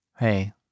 Hey